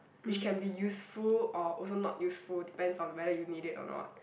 which can be useful or also not useful depends on whether you need it or not